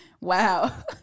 Wow